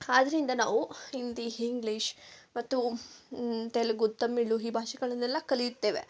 ಆದ್ರಿಂದ ನಾವು ಹಿಂದಿ ಹಿಂಗ್ಲೀಷ್ ಮತ್ತು ತೆಲುಗು ತಮಿಳು ಹಿ ಭಾಷೆಗಳನ್ನೆಲ್ಲ ಕಲಿಯುತ್ತೇವೆ